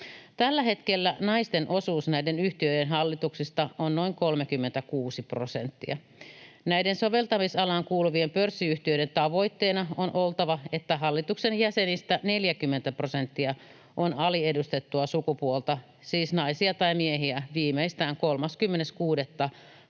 Tällä hetkellä naisten osuus näiden yhtiöiden hallituksissa on noin 36 prosenttia. Näiden soveltamisalaan kuuluvien pörssiyhtiöiden tavoitteena on oltava, että hallituksen jäsenistä 40 prosenttia on aliedustettua sukupuolta, siis naisia tai miehiä, viimeistään 30.6.2026.